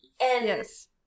Yes